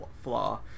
flaw